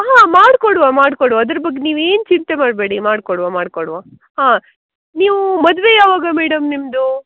ಹಾಂ ಮಾಡ್ಕೊಡುವ ಮಾಡ್ಕೊಡುವ ಅದ್ರ ಬಗ್ಗೆ ನೀವು ಏನು ಚಿಂತೆ ಮಾಡಬೇಡಿ ಮಾಡ್ಕೊಡುವ ಮಾಡ್ಕೊಡುವ ಹಾಂ ನೀವೂ ಮದುವೆ ಯಾವಾಗ ಮೇಡಮ್ ನಿಮ್ದೂ